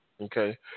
Okay